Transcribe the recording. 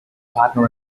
partner